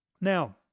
Now